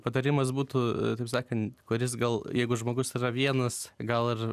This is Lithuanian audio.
patarimas būtų taip sakant kuris gal jeigu žmogus yra vienas gal ir